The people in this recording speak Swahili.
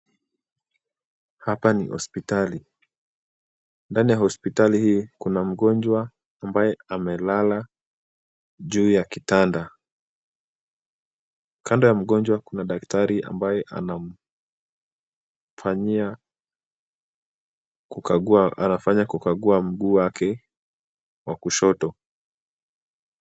Hapa ni hospitali. Ndani ya hospitali hii kuna mgonjwa, ambaye amelala, juu ya kitanda. Kando ya mgonjwa kuna daktari ambaye anamfanyia kukagua, anafanya kukagua mguu wake wa kushoto.